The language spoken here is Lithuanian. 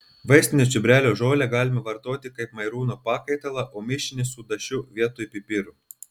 vaistinio čiobrelio žolę galima vartoti kaip mairūno pakaitalą o mišinį su dašiu vietoj pipirų